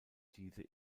diese